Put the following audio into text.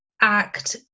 Act